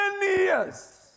years